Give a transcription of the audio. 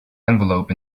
envelope